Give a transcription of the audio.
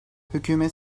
hükümet